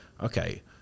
Okay